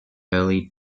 early